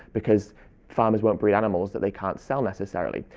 because farmers won't breed animals that they can't sell necessarily.